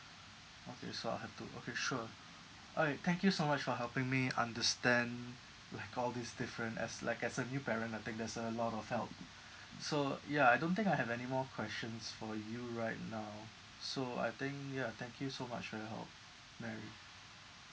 okay so I'll have to okay sure all right thank you so much for helping me understand like all these different as like as a new parent I think that's a lot of help so ya I don't think I have any more questions for you right now so I think ya thank you so much for your help mary